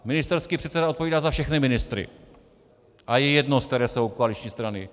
Ministerský předseda odpovídá za všechny ministry a je jedno, z které jsou koaliční strany.